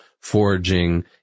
foraging